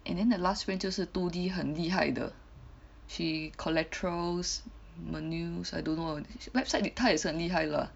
and then the last friend 是 two D 很厉害的 she collaterals menus I don't know website 她也是很厉害啦